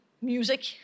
music